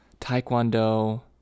Taekwondo